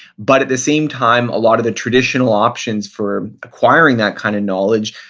but at the same time, a lot of the traditional options for acquiring that kind of knowledge,